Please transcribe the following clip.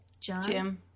Jim